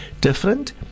different